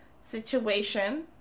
situation